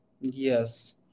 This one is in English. Yes